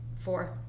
Four